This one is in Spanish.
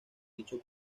dicho